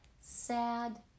sad